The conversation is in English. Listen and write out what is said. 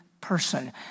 person